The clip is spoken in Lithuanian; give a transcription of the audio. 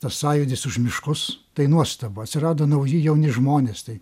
tas sąjūdis už miškus tai nuostabu atsirado nauji jauni žmonės tai